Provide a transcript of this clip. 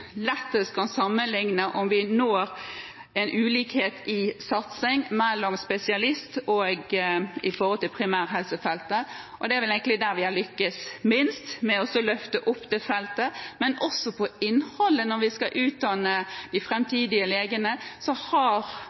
lettest kan sammenligne om vi når en ulikhet i satsing mellom spesialist- og primærhelsefeltet, og det er vel egentlig der vi har lyktes minst både med å løfte opp feltet med innholdet. Når vi skal utdanne de framtidige legene, har